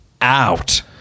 Out